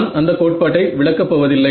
நான் அந்த கோட்பாட்டை விளக்கப் போவதில்லை